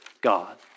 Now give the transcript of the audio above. God